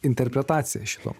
interpretaciją šito